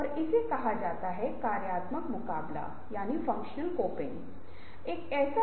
या यह गुणवत्ता वाला उत्पाद या लागत अनुकूलन वगैरह के लिए जा रहा हो